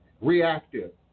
reactive